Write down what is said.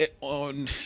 on